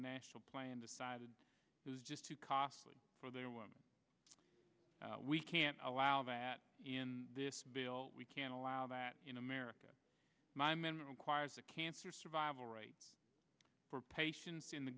national plan decided it was just too costly for their woman we can't allow that in this bill we can allow that in america my man requires a cancer survival rate for patients in the